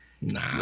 Nah